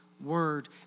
word